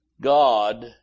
God